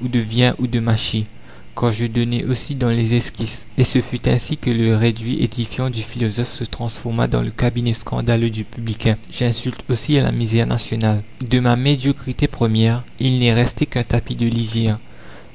ou de vien ou de machy car je donnai aussi dans les esquisses et ce fut ainsi que le réduit édifiant du philosophe se transforma dans le cabinet scandaleux du publicain j'insulte aussi à la misère nationale de ma médiocrité première il n'est resté qu'un tapis de lisières